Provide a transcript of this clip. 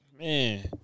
Man